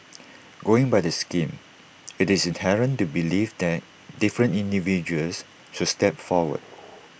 going by the scheme IT is inherent to believe that different individuals should step forward